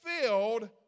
filled